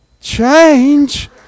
Change